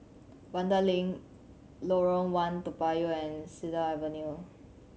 Vanda Link Lorong One Toa Payoh and Cedar Avenue